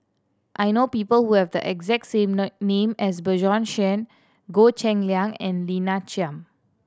I know people who have the exact same name as Bjorn Shen Goh Cheng Liang and Lina Chiam